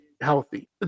healthy